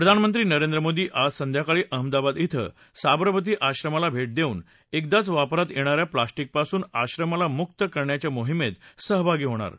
प्रधानमंत्री नरेंद्र मोदी आज संध्याकाळी अहमदाबाद क्वे साबरमती आश्रमाला भेट देऊन एकदाच वापरात येणा या प्लास्टिकपासून आश्रमाला मुक्त करण्याच्या मोहिमेत सहभागी होतील